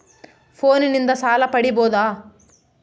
ಫೋನಿನಿಂದ ಸಾಲ ಪಡೇಬೋದ?